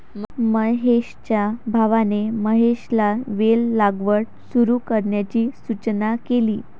महेशच्या भावाने महेशला वेल लागवड सुरू करण्याची सूचना केली